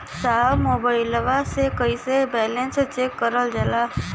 साहब मोबइलवा से कईसे बैलेंस चेक करल जाला?